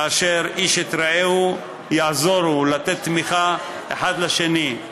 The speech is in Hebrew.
כאשר "איש את רעהו יעזרו", לתת תמיכה אחד לשני.